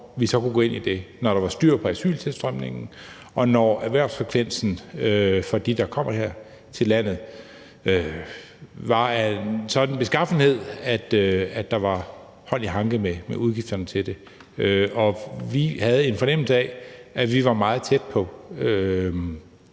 når der var styr på asyltilstrømningen, og når erhvervsfrekvensen for dem, der kommer her til landet, var af en sådan beskaffenhed, at der var hånd i hanke med udgifterne til det. Og vi havde en fornemmelse af, at vi var meget tæt på